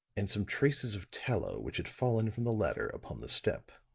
and some traces of tallow which had fallen from the latter upon the step.